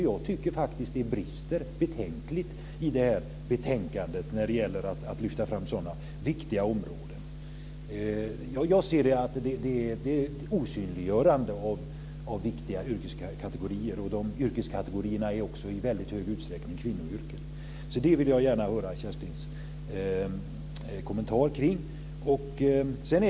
Jag tycker faktiskt att det brister betänkligt i betänkandet när det gäller att lyfta fram sådana viktiga områden. Jag upplever det som ett osynliggörande av viktiga yrkeskategorier. De yrkeskategorierna är också i mycket hög utsträckning kvinnoyrken. Det vill jag gärna höra Kerstin Heinemanns kommentar till.